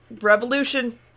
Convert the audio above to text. Revolution